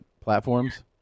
platforms